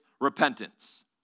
repentance